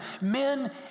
Men